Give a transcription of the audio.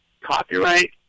copyright